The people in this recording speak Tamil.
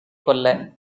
கொல்ல